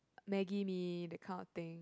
maggie mee that kind of things